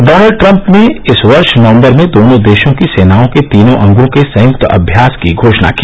Donald Trump ने इस वर्ष नवम्बर में दोनों देशों की सेनाओं के तीनों अंगों के संयुक्त अम्यास की घोषणा की